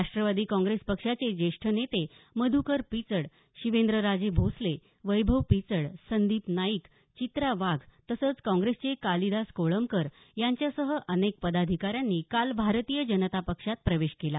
राष्ट्रवादी काँग्रेस पक्षाचे ज्येष्ठ नेते मध्कर पिचड शिवेंद्रराजे भोसले वैभव पिचड संदीप नाईक चित्रा वाघ तसंच काँग्रेसचे कालिदास कोळंबकर यांच्यासह अनेक पदाधिकाऱ्यांनी काल भारतीय जनता पक्षात प्रवेश केला